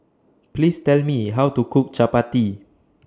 Please Tell Me How to Cook Chapati